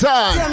Time